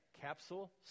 capsule